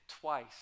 twice